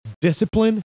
Discipline